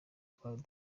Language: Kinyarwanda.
twari